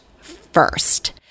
first